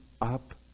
up